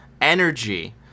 energy